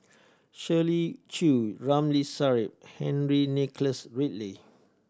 Shirley Chew Ramli Sarip Henry Nicholas Ridley